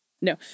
No